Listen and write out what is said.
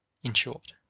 in short.